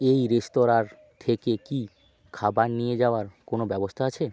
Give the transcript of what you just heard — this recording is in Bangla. এই রেস্তোরাঁর থেকে কি খাবার নিয়ে যাওয়ার কোনো ব্যবস্থা আছে